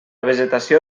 vegetació